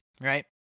right